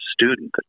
student